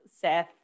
Seth